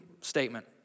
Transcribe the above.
statement